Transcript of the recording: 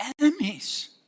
enemies